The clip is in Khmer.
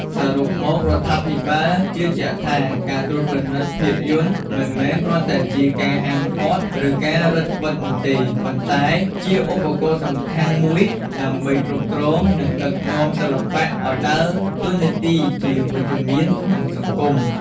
សរុបមករដ្ឋាភិបាលជឿជាក់ថា ការត្រួតពិនិត្យភាពយន្ត មិនមែនគ្រាន់តែជាការហាមឃាត់ ឬការរឹតត្បិតនោះទេ ប៉ុន្តែជា ឧបករណ៍សំខាន់មួយដើម្បីគ្រប់គ្រង និងដឹកនាំសិល្បៈ ឲ្យដើរតួនាទីជាវិជ្ជមានក្នុងសង្គម។